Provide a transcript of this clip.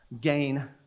gain